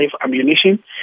ammunition